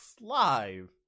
Live